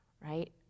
right